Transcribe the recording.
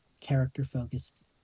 character-focused